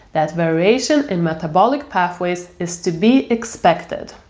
that variation in metabolic pathways is to be expected.